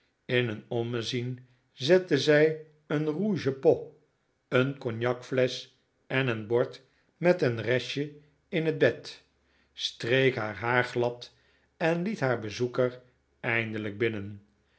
in een ommezien zette zij een rouge pot een cognacflesch en een bord met een restje in het bed streek haar haar glad en liet haar bezoeker eindelijk binnen